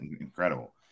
incredible